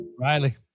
Riley